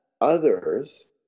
others